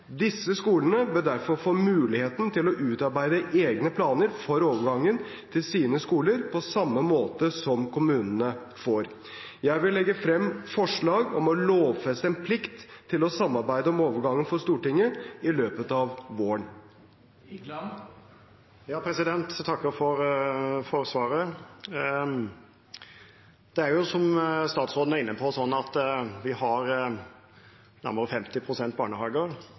Disse skolene bør derfor få mulighet til å utarbeide egne planer for overgangen til sine skoler, på samme måte som kommunene får. Jeg vil legge frem forslag om å lovfeste en plikt til å samarbeide om overgangen for Stortinget i løpet av våren. Jeg takker for svaret. Det er jo, som statsråden er inne på, sånn at vi har nærmere 50 pst. private barnehager.